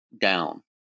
down